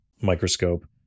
microscope